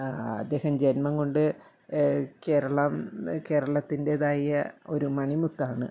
അദ്ദേഹം ജന്മം കൊണ്ട് കേരളം കേരളത്തിൻ്റേതായ ഒരു മണിമുത്താണ്